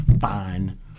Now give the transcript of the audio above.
fine